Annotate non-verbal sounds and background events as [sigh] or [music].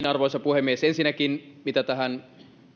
[unintelligible] arvoisa puhemies ensinnäkin mitä tähän